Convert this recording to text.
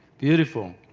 beautiful.